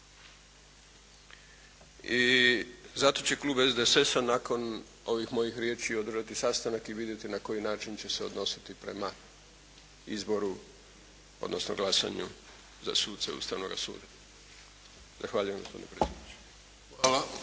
I zato će klub SDSS-a nakon ovih mojih riječi održati sastanak i vidjeti na koji način će se odnositi prema izboru odnosno glasanju za suce Ustavnoga suda. Zahvaljujem gospodine predsjedniče.